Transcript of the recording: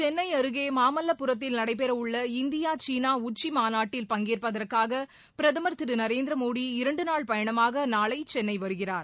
சென்னை அருகே மாமல்லபுரத்தில் நடைபெறவுள்ள இந்தியா சீனா உச்சிமாநாட்டில் பங்கேற்பதற்காக பிரதமா் திரு நரேந்திரமோடி இரண்டுநாள் பயணமாக நாளை சென்னை வருகிறார்